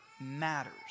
matters